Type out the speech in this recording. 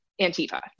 Antifa